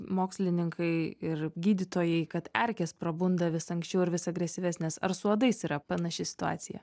mokslininkai ir gydytojai kad erkės prabunda vis anksčiau ir vis agresyvesnės ar su uodais yra panaši situacija